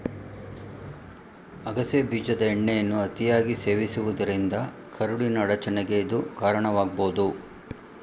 ಅಗಸೆ ಬೀಜದ ಎಣ್ಣೆಯನ್ನು ಅತಿಯಾಗಿ ಸೇವಿಸುವುದರಿಂದ ಕರುಳಿನ ಅಡಚಣೆಗೆ ಇದು ಕಾರಣವಾಗ್ಬೋದು